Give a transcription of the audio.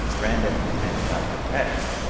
random, and cluster patterns.